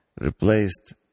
replaced